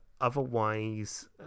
otherwise